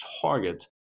target